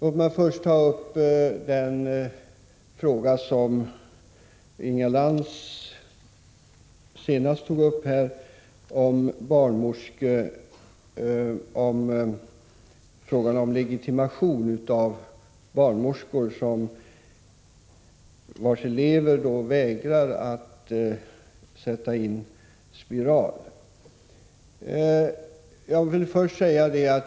Låt mig säga något om den fråga som Inga Lantz tog upp till sist, om legitimation för barnmorskeelever som vägrar att sätta in spiral.